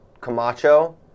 Camacho